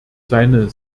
seine